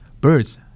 Birds